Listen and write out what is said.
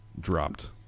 dropped